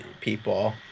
people